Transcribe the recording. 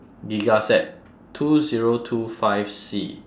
giga set two zero two five C